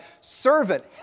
servant